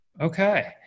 Okay